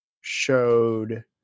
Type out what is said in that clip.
showed